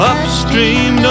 Upstream